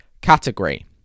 category